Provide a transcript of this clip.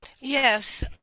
Yes